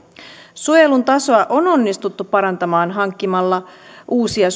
suojelun tasoa on onnistuttu parantamaan hankkimalla uusia